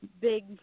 big